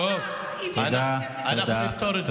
טוב, אנחנו נפתור את זה.